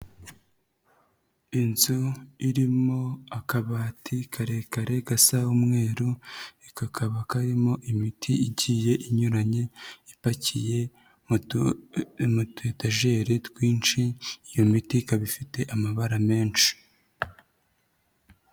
Inzu irimo akabati karekare gasa umweru kakaba karimo imiti igiye inyuranye ipakiye mu tuyetajeri twinshi iyo miti ikaba ifite amabara menshi.